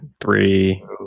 three